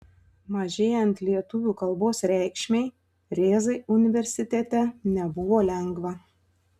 mažėjant lietuvių kalbos reikšmei rėzai universitete nebuvo lengva